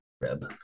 rib